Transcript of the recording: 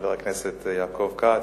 חבר הכנסת יעקב כץ,